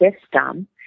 system